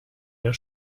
der